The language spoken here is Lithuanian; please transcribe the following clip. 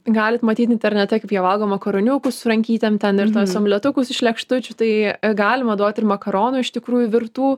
galit matyt internete kaip jie valgo makaroniukus su rankytėm ten ir tuos omletukus iš lėkštučių tai galima duot ir makaronų iš tikrųjų virtų